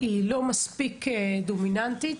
לא מספיק דומיננטית.